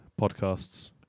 podcasts